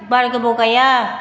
बारा गोबाव गाया